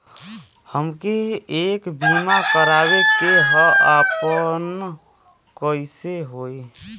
हमके एक बीमा करावे के ह आपन कईसे होई?